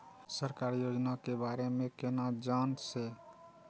सरकारी योजना के बारे में केना जान से?